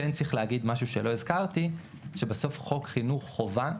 כן צריך להגיד משהו שלא הזכרתי שבסוף חוק חינוך חובה,